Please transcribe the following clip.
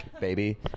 Baby